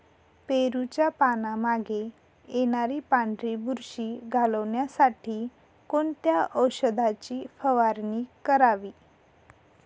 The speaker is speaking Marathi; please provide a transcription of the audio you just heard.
पेरूच्या पानांमागे येणारी पांढरी बुरशी घालवण्यासाठी कोणत्या औषधाची फवारणी करावी?